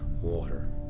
water